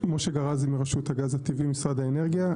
משה גראזי, רשות הגז הטבעי, משרד האנרגיה.